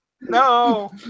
No